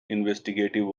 investigative